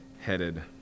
headed